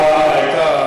אתה היית,